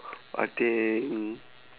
I think